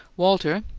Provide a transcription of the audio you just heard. walter,